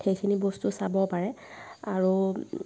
সেইখিনি বস্তু চাব পাৰে আৰু